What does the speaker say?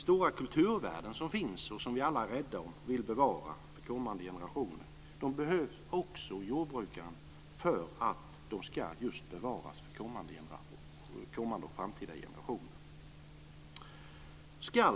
Jordbrukaren behövs för att bevara för kommande generationer de stora kulturvärden som finns och som vi alla är rädda om.